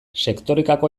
sektorekako